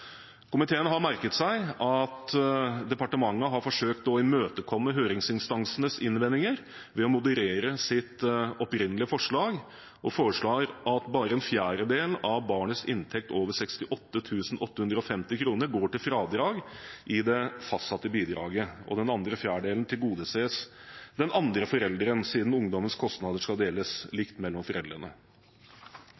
Komiteen har merket seg at departementet har forsøkt å imøtekomme høringsinstansenes innvendinger ved å moderere sitt opprinnelige forslag og foreslå at bare en fjerdedel av barnets inntekt over 68 850 kr går til fradrag i det fastsatte bidraget. Den andre fjerdedelen tilgodeses den andre forelderen, siden ungdommens kostnader skal deles